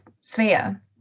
sphere